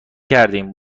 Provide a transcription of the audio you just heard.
کردیم